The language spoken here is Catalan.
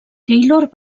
taylor